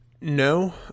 No